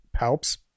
Palps